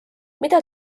mida